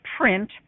print